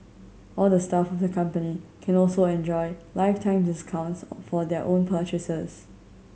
all the staff of the company can also enjoy lifetime discounts for their own purchases